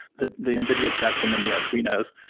the the nvidia jetson and the arduino's,